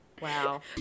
Wow